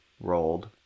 rolled